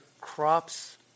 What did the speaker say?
crops